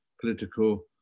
political